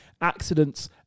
accidents